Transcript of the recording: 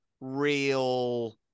real